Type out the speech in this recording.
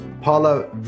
Paula